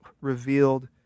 revealed